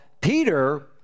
Peter